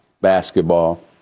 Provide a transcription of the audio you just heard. basketball